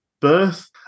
birth